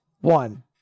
One